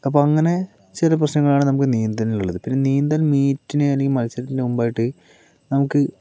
അപ്പം അങ്ങനെ ചില പ്രശ്നങ്ങള് ആണ് നമുക്ക് നീന്തലിനുള്ളത് പിന്നെ നീന്തല് മീറ്റിനു അല്ലെങ്കില് മത്സരത്തിനു മുമ്പായിട്ട് നമുക്ക്